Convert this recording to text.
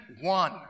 one